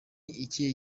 ikihe